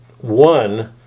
one